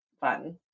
fun